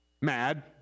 Mad